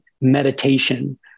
meditation